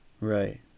Right